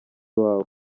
wawe